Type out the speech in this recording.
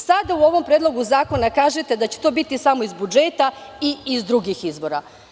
Sada u ovom Predlogu zakona kažete da će to biti samo iz budžeta i iz drugih izvora.